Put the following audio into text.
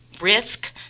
risk